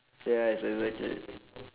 ya ex~ exactly